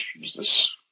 Jesus